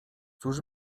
cóż